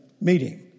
meeting